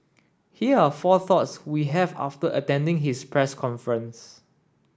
here are four thoughts we have after attending his press conference